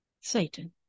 Satan